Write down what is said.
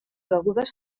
begudes